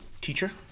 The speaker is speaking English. teacher